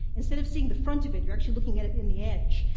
instead of seeing the front of it, you're actually looking at it in the edge,